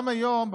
גם היום,